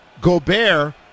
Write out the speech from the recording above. Gobert